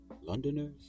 Londoners